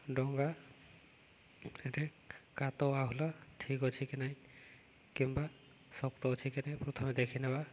ଡଙ୍ଗା କାତ ଆହୁଲା ଠିକ୍ ଅଛି କି ନାହିଁ କିମ୍ବା ଶକ୍ତ ଅଛି କି ନାହିଁ ପ୍ରଥମେ ଦେଖି ନେବା